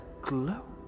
glow